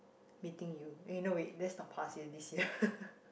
meeting you eh no wait that's not past year this year